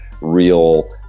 real